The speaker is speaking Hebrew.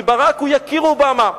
כי ברק הוא יקיר אובמה,